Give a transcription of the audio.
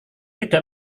tidak